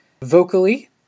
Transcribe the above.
Vocally